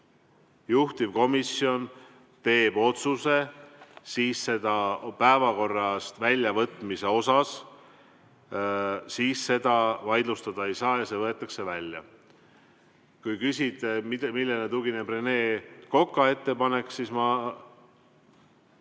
juhtivkomisjon teeb otsuse [punkti] päevakorrast väljavõtmise kohta, siis seda vaidlustada ei saa ja see võetakse välja. Kui küsida, millele tugineb Rene Koka ettepanek, siis see